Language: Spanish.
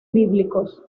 bíblicos